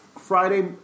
Friday